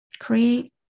create